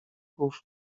człowiek